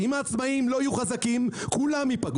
אם העצמאים לא יהיו חזקים, כולם יפגעו.